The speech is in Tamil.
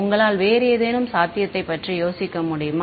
உங்களால் வேறு ஏதேனும் சாத்தியத்தைப் பற்றி யோசிக்க முடியுமா